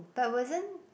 but wasn't